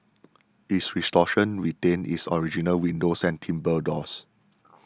its restoration retained its original windows and timbre doors